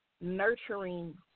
nurturing